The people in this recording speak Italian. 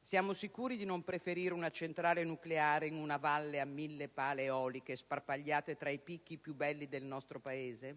Siamo sicuri di non preferire una centrale nucleare in una valle, a 1.000 pale eoliche sparpagliate tra i picchi più belli del nostro Paese?